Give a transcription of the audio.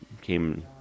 came